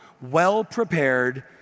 well-prepared